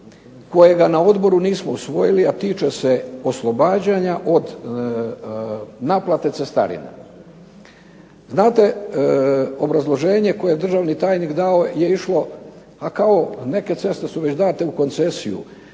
kojega na odboru nismo usvojili, a tiče se oslobađanja od naplate cestarina. Znate, obrazloženje koje je državni tajnik dao je išlo a kao neke ceste su već date u koncesiju,